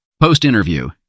Post-interview